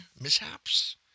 mishaps